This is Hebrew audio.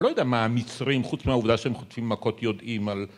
לא יודע מה המצרים, חוץ מהעובדה שהם חוטפים מכות יודעים על...